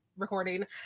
recording